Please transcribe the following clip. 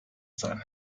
sein